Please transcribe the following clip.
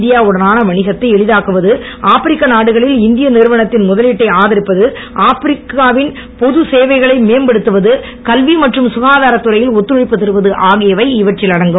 இந்தியாவுடனான வணிகத்தை எளிதாக்குவது ஆப்ரிக்க நாடுகளில் இந்திய நிறுவனங்களின் முதலீட்டை ஆதரிப்பது ஆப்ரிக்காவின் பொது சேவைகளை மேம்படுத்துவது கல்வி மற்றும் சுகாதாரத்துறையில் ஒத்துழைப்பு தருவது ஆகியவை இவற்றில் அடங்கும்